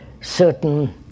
certain